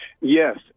Yes